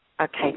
Okay